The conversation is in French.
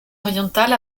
orientales